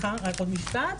סליחה רק עוד משפט.